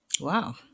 Wow